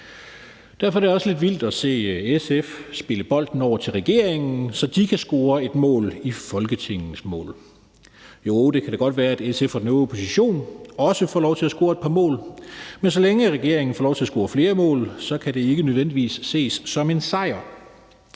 Derfor er det også lidt vildt at se SF spille bolden over til regeringen, så den kan score et mål i Folketingets mål. Jo, det kan da godt være, at SF og den øvrige opposition også får lov til at score et par mål, men så længe regeringen får lov til at score flere mål, kan det ikke nødvendigvis ses som en sejr.